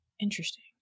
interesting